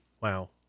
wow